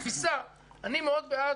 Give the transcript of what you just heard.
כתפיסה אני מאוד בעד,